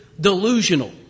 delusional